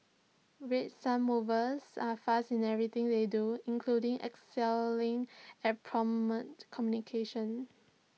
red sun movers are fast in everything they do including excelling at prompt communication